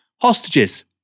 hostages